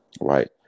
right